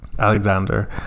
Alexander